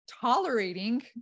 tolerating